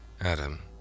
Adam